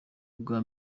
bwa